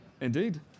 indeed